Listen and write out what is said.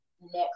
next